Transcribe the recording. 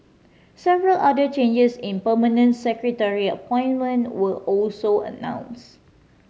several other changes in permanent secretary appointment were also announced